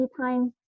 time